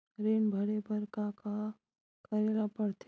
ऋण भरे बर का का करे ला परथे?